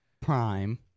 Prime